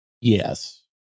Yes